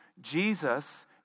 Jesus